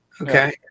Okay